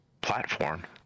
platform